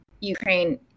Ukraine